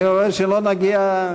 אני רואה שלא נגיע,